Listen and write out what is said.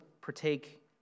partake